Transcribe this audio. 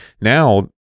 Now